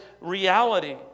reality